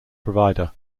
provider